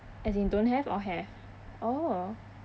as in don't have or have oh